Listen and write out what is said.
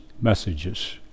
messages